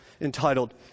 entitled